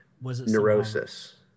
Neurosis